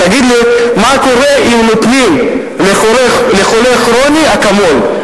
תגיד לי מה קורה אם נותנים לחולה כרוני "אקמול",